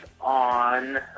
on